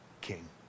king